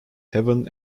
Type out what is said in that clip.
heaven